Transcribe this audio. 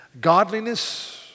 godliness